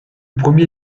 premier